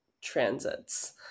transits